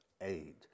aid